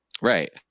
Right